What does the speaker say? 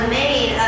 made